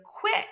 quit